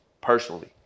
Personally